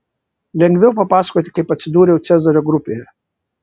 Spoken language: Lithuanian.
lengviau papasakoti kaip atsidūriau cezario grupėje